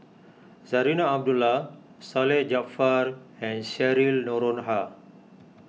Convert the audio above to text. Zarinah Abdullah Salleh Japar and Cheryl Noronha